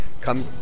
Come